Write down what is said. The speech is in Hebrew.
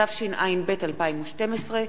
התשע"ב 2012,